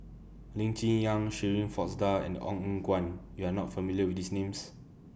Lee Cheng Yan Shirin Fozdar and Ong Eng Guan YOU Are not familiar with These Names